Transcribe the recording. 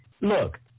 Look